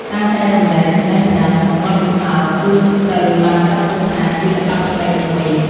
ការចែករំលែកចំណេះដឹងនឹងបទពិសោធន៍ គឺត្រូវបានចាត់ទុកថាជាកាតព្វកិច្ចមួយ។